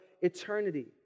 eternity